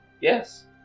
Yes